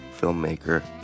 filmmaker